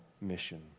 mission